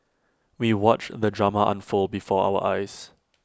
we watched the drama unfold before our eyes